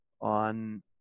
on